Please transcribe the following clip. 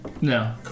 No